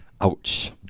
Ouch